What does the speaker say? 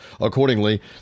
accordingly